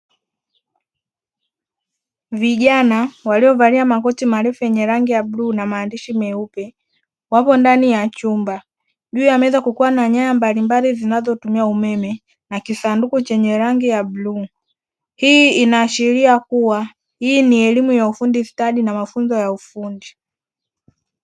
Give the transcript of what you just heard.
Vijana waliovalia makoti marefu yenye rangi ya bluu na maandishi meupe; wapo ndani ya chumba, juu ya meza kukiwa na nyaya mbalimbali zinazotumia umeme na kisanduku chenye rangi ya bluu. Hii inaashiria kuwa hii ni elimu ya ufundi stadi na mafunzo ya ufundi.